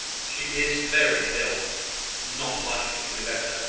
she is very ill not likely to be better.